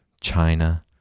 China